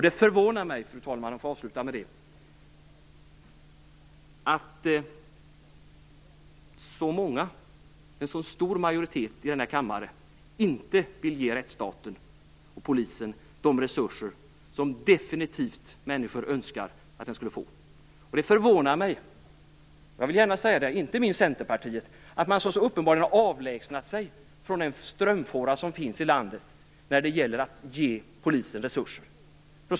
Det förvånar mig, fru talman, att en så stor majoritet i denna kammare inte vill ge rättsstaten och polisen de resurser som människor definitivt önskar att de skall få. Det förvånar mig - jag vill gärna säga detta inte minst till Centerpartiet - att man så uppenbart har avlägsnat sig från den strömfåra som finns i landet när det gäller att ge polisen resurser.